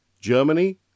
Germany